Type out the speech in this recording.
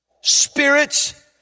spirits